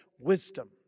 wisdom